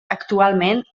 actualment